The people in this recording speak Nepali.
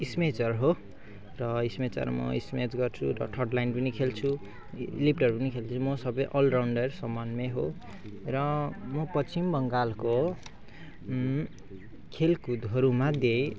स्मेचर हो र स्मेचर म स्मेच गर्छु र थर्ड लाइन पनि खेल्छु लिफ्टरहरू पनि खेल्छु म सबै अलराउन्डर समान नै हो र म पश्चिम बङ्गालको खेलकुदहरूमध्ये